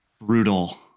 Brutal